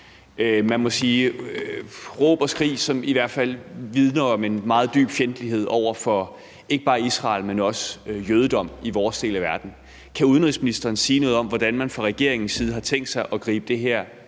at det er råb og skrig, som i hvert fald vidner om en meget dyb fjendtlighed over for ikke bare Israel, men også jødedom i vores del af verden. Kan udenrigsministeren mere nøje sige noget om, hvordan man fra regeringens side har tænkt sig at gribe det her